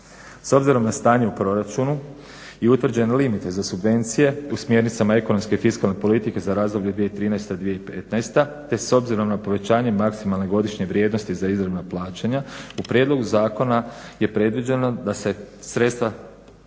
S obzirom na stanje u proračunu i utvrđen limit za subvencije u smjernicama ekonomske i fiskalne politike za razdoblje 2013.-2015. te s obzirom na povećanje maksimalne godišnje vrijednosti za izravna plaćanja u prijedlogu zakona je predviđeno da se sredstva